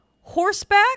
Horseback